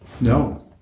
No